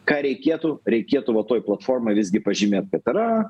ką reikėtų reikėtų va toj platformoj visgi pažymėt kad yra